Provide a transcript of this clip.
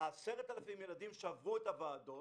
מתוך 10,000 ילדים שעברו את הוועדות,